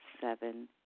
seven